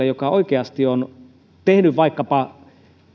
joka oikeasti on tehnyt vaikkapa